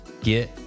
get